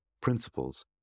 principles